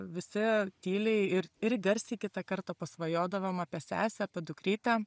visi tyliai ir ir garsiai kitą kartą pasvajodavom apie sesę apie dukrytę